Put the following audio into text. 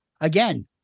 Again